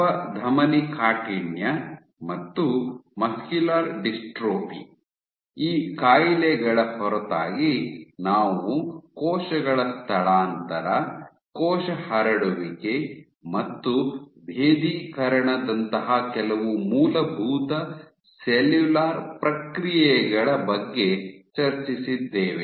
ಅಪಧಮನಿಕಾಠಿಣ್ಯ ಮತ್ತು muscular dystrophy ಈ ಕಾಯಿಲೆಗಳ ಹೊರತಾಗಿ ನಾವು ಕೋಶಗಳ ಸ್ಥಳಾಂತರ ಕೋಶ ಹರಡುವಿಕೆ ಮತ್ತು ಭೇದೀಕರಣದಂತಹ ಕೆಲವು ಮೂಲಭೂತ ಸೆಲ್ಯುಲಾರ್ ಪ್ರಕ್ರಿಯೆಗಳ ಬಗ್ಗೆ ಚರ್ಚಿಸಿದ್ದೇವೆ